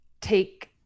take